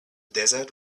desert